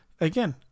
Again